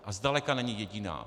A zdaleka není jediná.